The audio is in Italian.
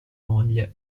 moglie